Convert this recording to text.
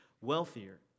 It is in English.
wealthier